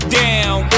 down